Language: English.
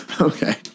Okay